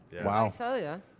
Wow